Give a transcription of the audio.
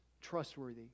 trustworthy